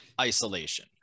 isolation